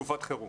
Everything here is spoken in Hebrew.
בתקופת חירום.